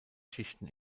schichten